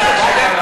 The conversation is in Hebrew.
מה